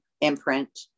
imprint